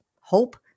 hope